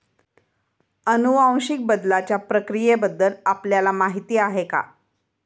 अनुवांशिक बदलाच्या प्रक्रियेबद्दल आपल्याला माहिती आहे का?